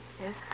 Yes